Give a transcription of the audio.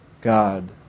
God